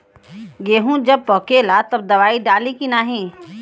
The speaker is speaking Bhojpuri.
गेहूँ जब पकेला तब दवाई डाली की नाही?